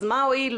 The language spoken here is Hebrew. אז מה הועילו?